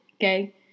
Okay